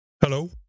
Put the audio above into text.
Hello